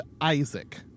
Isaac